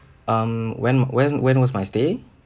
um when when when was my stay